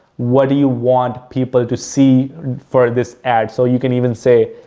what do you want people to see for this ad? so, you can even say,